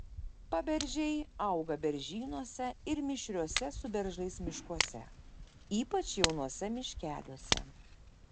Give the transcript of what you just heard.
paberžiai auga beržynuose ir mišriuose su beržais miškuose ypač jaunuose miškeliuose